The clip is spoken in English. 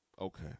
okay